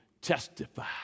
testify